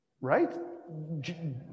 Right